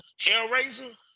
Hellraiser